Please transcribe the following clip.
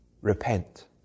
repent